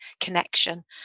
connection